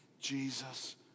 Jesus